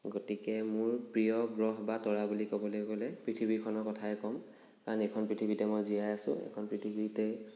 গতিকে মোৰ প্ৰিয় গ্ৰহ বা বা তৰা বুলি ক'বলৈ গ'লে পৃথিৱীখনৰ কথাই ক'ম কাৰণ এইখন পৃথিৱীতে মই জীয়াই আছো এইখন পৃথিৱীতেই